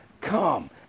come